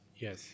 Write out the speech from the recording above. Yes